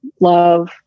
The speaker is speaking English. Love